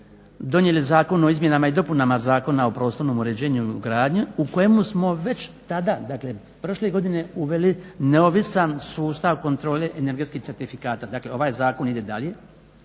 donijeli Zakon o izmjenama i dopunama Zakona o prostornom uređenju i gradnji u kojemu smo već tada dakle prošle godine uveli neovisan sustav kontrole energetskih certifikata. Dakle ovaj zakon ide dalje,